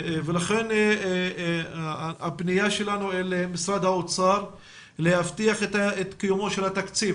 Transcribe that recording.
לכן הפנייה שלנו אל משרד האוצר להבטיח את קיומו של התקציב.